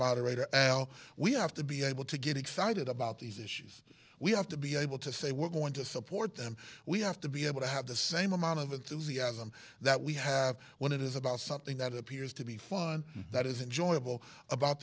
moderator al we have to be able to get excited about these issues we have to be able to say we're going to support them we have to be able to have the same amount of enthusiasm that we have when it is about something that appears to be fun that is enjoyable about